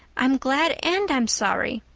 i'm glad and i'm sorry.